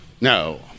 No